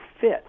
fit